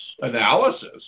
analysis